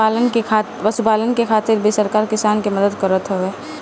पशुपालन करे खातिर भी सरकार किसान के मदद करत हवे